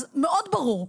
מאוד ברור,